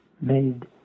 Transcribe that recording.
made